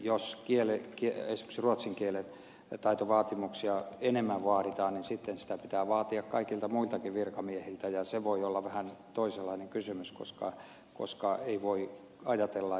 jos esimerkiksi ruotsin kielen taitoa enemmän vaaditaan niin sitten sitä pitää vaatia kaikilta muiltakin virkamiehiltä ja se voi olla vähän toisenlainen kysymys koska ei voi ajatella